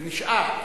ונשאר.